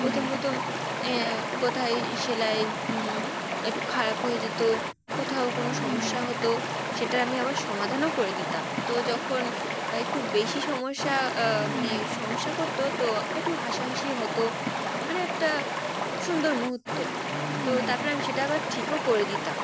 প্রথম প্রথম কোথায় সেলাই একটু খারাপ হয়ে যেত কোথাও কোনো সমস্যা হতো সেটার আমি আবার সমাধানও করে দিতাম তো যখন একটু বেশি সমস্যা মানে সমস্যা করতো তো একটু হাসাহাসি হতো মানে একটা সুন্দর মুহূর্ত তো তারপরে আমি সেটা আবার ঠিকও করে দিতাম